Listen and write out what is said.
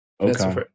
Okay